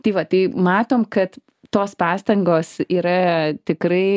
tai va tai matom kad tos pastangos yra tikrai